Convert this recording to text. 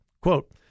quote